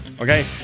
okay